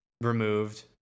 removed